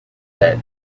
that